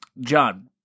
John